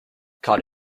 caught